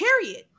Period